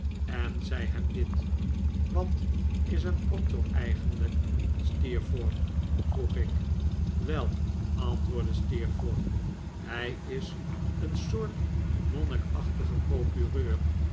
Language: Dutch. en zei hem dit wat is een proctor eigenlijk steerforth vroeg ik wel antwoordde steerforth hij is een soort monnikachtige procureur